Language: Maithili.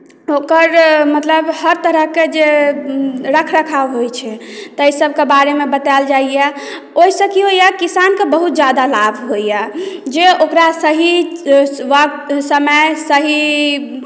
ओकर मतलब हर तरहके जे रखरखाव होइत छै ताहिसभके बारेमे बताएल जाइए ओहिसँ की होइए किसानकेँ बहुत ज्यादा लाभ होइए जे ओकरा सही वक़्त समय सही